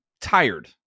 tired